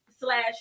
Slash